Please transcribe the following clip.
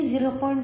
ಆದ್ದರಿಂದ V 0